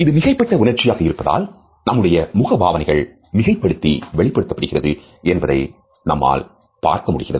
இது மிகைப்படுத்தப்பட்ட உணர்ச்சியாக இருப்பதால் நம்முடைய முகபாவனைகள் மிகைப்படுத்தி வெளிப்படுத்தப்படுகிறது என்பதை நம்மால் பார்க்க முடிகிறது